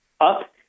up